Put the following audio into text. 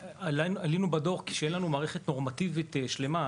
עלינו בדו"ח כי מצד אחד אין לנו מערכת נורמטיבית שלמה,